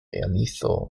realizó